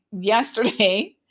yesterday